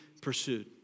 pursued